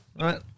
Right